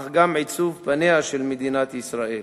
אך כך גם עיצוב פניה של מדינת ישראל.